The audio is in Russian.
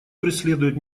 преследует